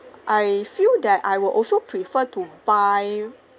I feel that I will also prefer to buy